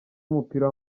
w’umupira